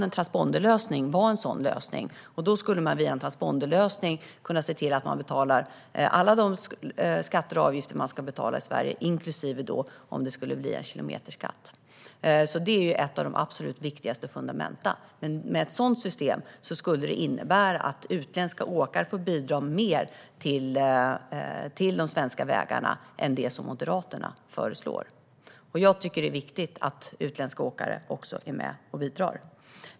En transponderlösning kan vara en sådan lösning, och då skulle man kunna se att utländska åkare betalar alla skatter och avgifter som man ska betala i Sverige, inklusive om det införs en kilometerskatt. Med ett sådant system skulle utländska åkare få bidra mer till de svenska vägarna än med Moderaternas förslag. Jag tycker att det är viktigt att också utländska åkare är med och bidrar.